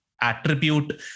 attribute